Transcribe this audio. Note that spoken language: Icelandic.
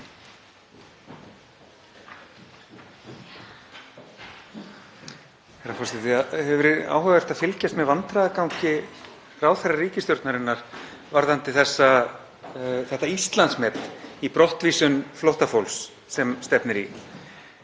varðandi þetta Íslandsmet í brottvísun flóttafólks sem stefnir í.